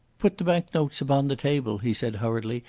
put the bank-notes upon the table, he said hurriedly.